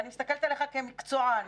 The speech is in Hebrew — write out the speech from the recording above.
ואני מסתכלת עליך כמקצוען,